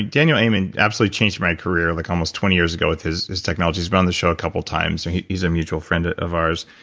daniel amen absolutely changed my career like almost twenty years ago with his his technologies. he's been on the show a couple times. he's a mutual friend of ours,